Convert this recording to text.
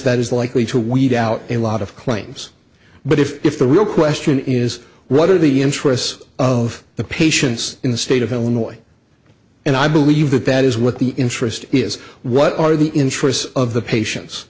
that is likely to weed out a lot of claims but if the real question is what are the interests of the patients in the state of illinois and i believe that that is what the interest is what are the interests of the patients